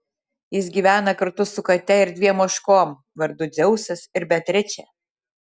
jis gyvena kartu su kate ir dviem ožkom vardu dzeusas ir beatričė